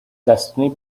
destiny